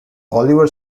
oliver